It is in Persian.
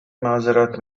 معذرت